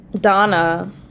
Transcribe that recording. donna